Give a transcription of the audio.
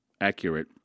accurate